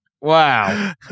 Wow